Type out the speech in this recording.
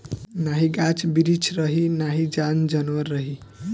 नाही गाछ बिरिछ रही नाही जन जानवर रही